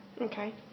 Okay